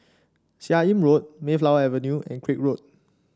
Seah Im Road Mayflower Avenue and Craig Road